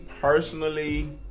personally